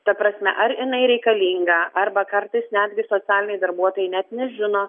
ta prasme ar jinai reikalinga arba kartais netgi socialiniai darbuotojai net nežino